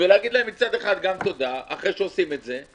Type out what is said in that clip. ולהגיד להם, מצד אחד, גם תודה, אחרי שעושים את זה,